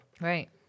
Right